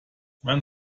man